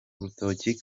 rutoki